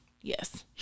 Yes